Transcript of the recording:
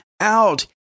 out